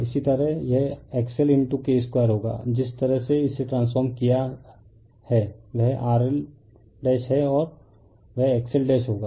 इसी तरह यह XL K 2 होगा जिस तरह से इसे ट्रांसफॉर्म किया है वह RL है और वह XL होगा